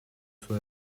suo